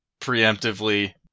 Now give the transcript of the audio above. preemptively